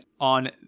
on